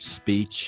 speech